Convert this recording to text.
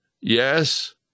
yes